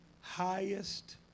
highest